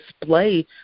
display